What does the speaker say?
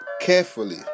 carefully